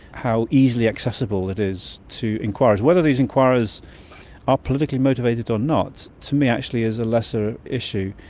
how easily accessible it is to enquiries. whether these enquiries are politically motivated or not, to me actually is a lesser issue.